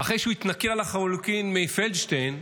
אחרי שהוא התנכר לחלוטין לפלדשטיין,